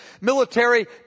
military